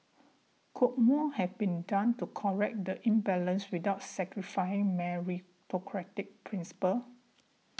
could more have been done to correct the imbalance without sacrificing meritocratic principles